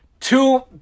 two